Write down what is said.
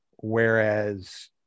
Whereas